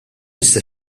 iżda